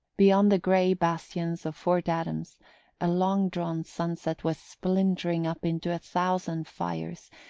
beyond the grey bastions of fort adams a long-drawn sunset was splintering up into a thousand fires,